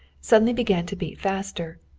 suddenly began to beat faster.